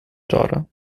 daughter